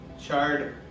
charred